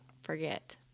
forget